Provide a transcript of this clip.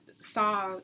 saw